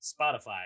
Spotify